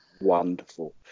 wonderful